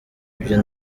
ibyo